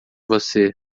você